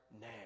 now